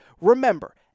remember